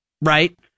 right